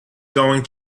going